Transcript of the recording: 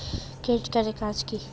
Credit card এর কাজ কি?